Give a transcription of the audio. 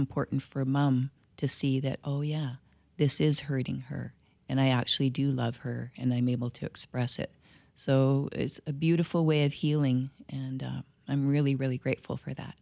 important for mom to see that oh yeah this is hurting her and i actually do love her and i'm able to express it so it's a beautiful way of healing and i'm really really grateful for that